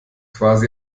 quasi